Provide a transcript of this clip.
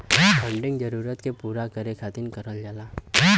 funding जरूरत के पूरा करे खातिर करल जाला